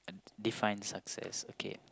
define success okay